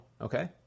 Okay